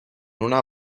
una